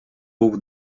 був